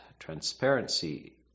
Transparency